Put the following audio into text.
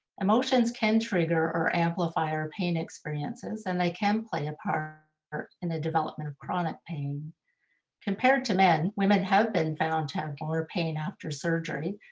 emotions can trigger or amplify our pain experiences, and they can play a part in the development of chronic pain compared to men, women have been found temple or pain after surgery.